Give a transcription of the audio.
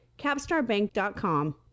CapstarBank.com